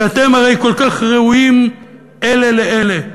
כי אתם כל כך ראויים אלה לאלה,